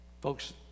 Folks